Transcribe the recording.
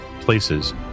places